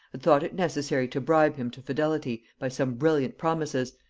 had thought it necessary to bribe him to fidelity by some brilliant promises,